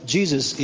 Jesus